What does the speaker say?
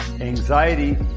anxiety